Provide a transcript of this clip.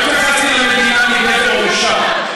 לא התייחסתי למדינה כאל גבר או אישה.